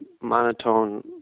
monotone